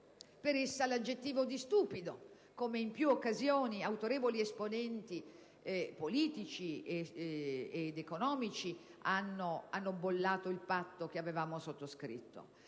per essa l'aggettivo di «stupido», con il quale, in più occasioni, autorevoli esponenti politici ed economici hanno bollato il Patto che avevamo sottoscritto